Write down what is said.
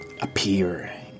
appear